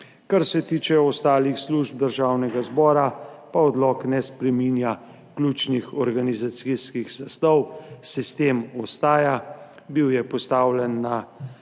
Kar se tiče ostalih služb Državnega zbora, pa odlok ne spreminja ključnih organizacijskih zasnov. Sistem ostaja, bil je postavljen na